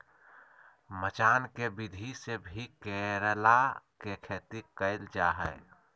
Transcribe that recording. मचान के विधि से भी करेला के खेती कैल जा हय